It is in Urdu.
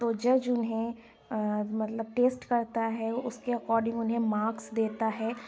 تو جج اُنہیں مطلب ٹیسٹ کرتا ہے اُس کے اکورڈنگ اُنہیں مارکس دیتا ہے